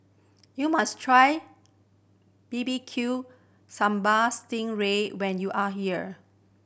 you must try bbq sambal sting ray when you are here